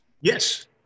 Yes